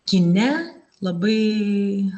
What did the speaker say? kine labai